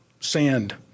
sand